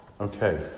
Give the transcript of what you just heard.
Okay